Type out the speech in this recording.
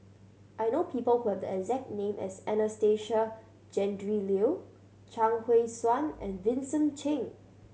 I know people who have the exact name as Anastasia Tjendri Liew Chuang Hui Tsuan and Vincent Cheng